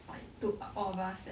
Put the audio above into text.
like told all of us that